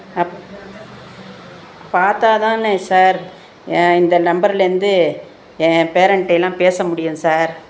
அப் பார்த்தா தானே சார் இந்த நம்பர்லேருந்து என் பேரன்ட்டேலாம் பேச முடியும் சார்